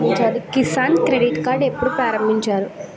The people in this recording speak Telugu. కిసాన్ క్రెడిట్ కార్డ్ ఎప్పుడు ప్రారంభించారు?